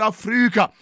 Africa